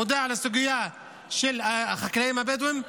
מודע לסוגיה של החקלאים הבדואים,